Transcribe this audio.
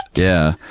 yeah,